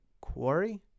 quarry